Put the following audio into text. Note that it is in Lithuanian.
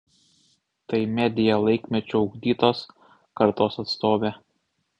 tai media laikmečio ugdytos kartos atstovė